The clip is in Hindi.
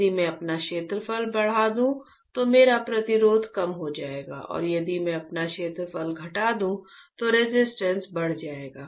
यदि मैं अपना क्षेत्रफल बढ़ा दूं तो मेरा प्रतिरोध कम हो जाएगा और यदि मैं अपना क्षेत्रफल घटा दूं तो रेजिस्टेंस बढ़ जाएगा